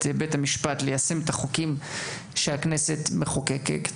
בית המשפט ליישם את החוקים שאותם הכנסת מחוקקת.